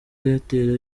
airtel